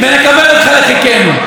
ונקבל אותך לחיקנו.